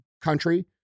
country